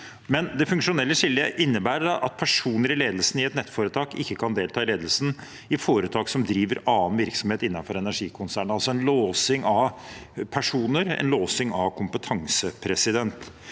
nevnt. Det funksjonelle skillet innebærer likevel at personer i ledelsen i et nettforetak ikke kan delta i ledelsen i foretak som driver annen virksomhet innenfor energikonsernet, altså en låsing av personer og av kompetanse. Kravet